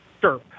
Sure